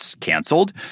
canceled